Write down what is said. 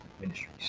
ministries